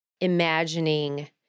imagining